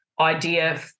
idea